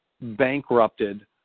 bankrupted